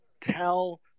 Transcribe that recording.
tell